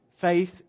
Faith